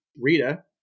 Rita